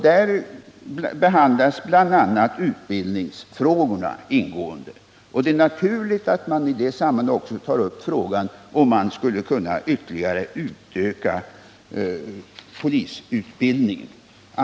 Där behandlas bl.a. utbildningsfrågorna ingående. Det är naturligt att man i det sammanhanget också tar upp frågan om man ytterligare kan öka antalet platser vid polisutbildningen.